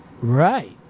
Right